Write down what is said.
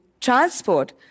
transport